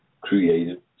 created